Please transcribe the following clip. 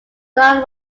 done